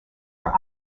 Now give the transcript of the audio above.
are